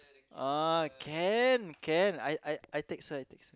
uh can can I I I text her I text